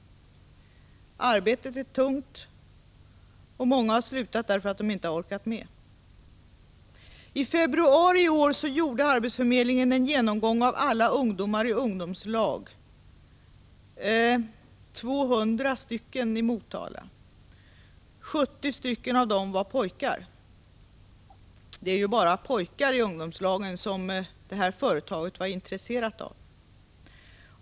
Arbetet är tungt, och många har slutat därför att de inte har orkat med. I februari i år gjorde arbetsförmedlingen en genomgång av alla ungdomar i ungdomslag — 200 i Motala. 70 av dem var pojkar. Det var ju bara pojkar i ungdomslagen som det här företaget var intresserat av.